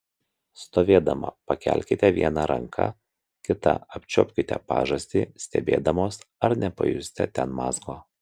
stovėdama pakelkite vieną ranką kita apčiuopkite pažastį stebėdamos ar nepajusite ten mazgo